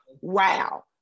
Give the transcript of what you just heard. wow